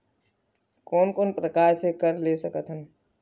कोन कोन से प्रकार ले कर सकत हन?